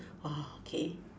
oh okay